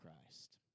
Christ